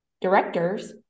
directors